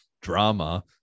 drama